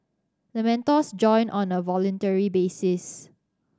the mentors join on a voluntary basis